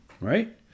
right